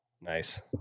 Nice